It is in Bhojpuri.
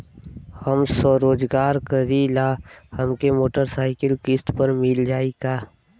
हम स्वरोजगार करीला हमके मोटर साईकिल किस्त पर मिल जाई का?